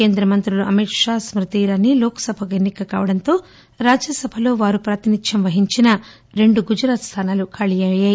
కేంద్ర మంత్రులు అమిత్షా స్కృతి ఇరానీ లోక్సభకు ఎన్పిక కావడంతో రాజ్యసభలో వారు ప్రాతినిధ్యం వహించిన రెండు గుజరాత్ స్థానాలు ఖాళీ అయ్యాయి